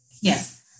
yes